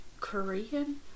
Korean